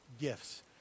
gifts